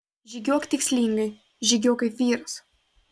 žygiuok tikslingai žygiuok kaip vyras